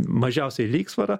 mažiausiai lygsvarą